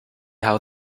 how